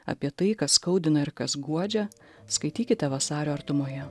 apie tai kas skaudina ir kas guodžia skaitykite vasario artumoje